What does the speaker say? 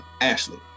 Ashley